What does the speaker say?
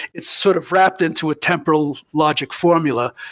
it's sort of wrapped into a temporal logic formula,